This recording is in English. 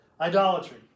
idolatry